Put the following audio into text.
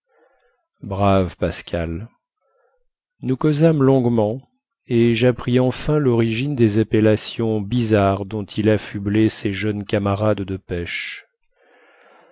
brave pascal nous causâmes longuement et jappris enfin lorigine des appellations bizarres dont il affublait ses jeunes camarades de pêche